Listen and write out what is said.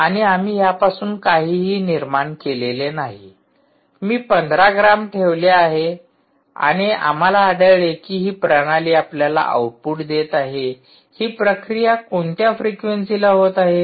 आणि आम्ही यापासून काहीही निर्माण केलेले नाही मी १५ grams ग्रॅम ठेवले आणि आम्हाला आढळले की ही प्रणाली आपल्याला आउटपुट देत आहे हि प्रक्रिया कोणत्या फ्रीक्वेंसीला होत आहे